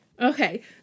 Okay